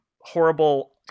horrible